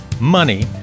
money